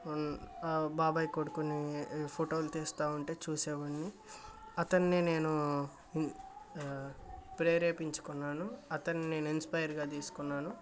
బాబాయ్ కొడుకుని ఫొటోలు తీస్తా ఉంటే చూసేవాన్ని అతన్ని నేను ప్రేరేపించుకున్నాను అతన్ని నేను ఇన్స్పైర్గా తీసుకున్నాను